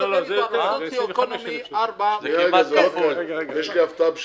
אני מדבר על סוציואקונומי 4. יש לי הפתעה בשבילך,